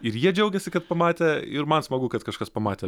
ir jie džiaugiasi kad pamatė ir man smagu kad kažkas pamatė